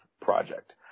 project